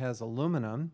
has aluminum